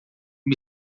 uma